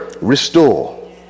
Restore